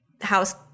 house